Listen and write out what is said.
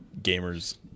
gamers